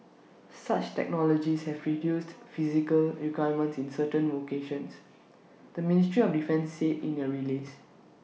such technologies have reduced physical requirements in certain vocations the ministry of defence said in A release